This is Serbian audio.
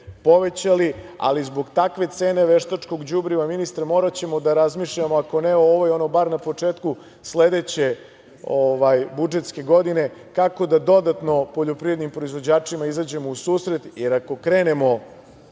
povećali, ali zbog takve cene veštačkog đubriva, ministre, moraćemo da razmišljamo, ako ne u ovoj, onda bar na početku sledeće budžetske godine, kako da dodatno poljoprivrednim proizvođačima izađemo u susret, jer ako krenemo